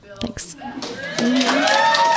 Thanks